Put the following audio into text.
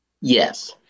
Yes